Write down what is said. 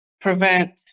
prevent